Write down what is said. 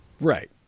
Right